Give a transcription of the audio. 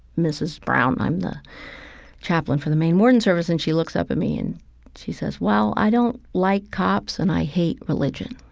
mrs. brown. i'm the chaplain for the maine warden service. and she looks up at me and she says, well, i don't like cops, and i hate religion.